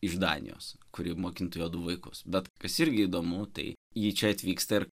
iš danijos kuri mokintų jo du vaikus bet kas irgi įdomu tai ji čia atvyksta ir